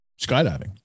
skydiving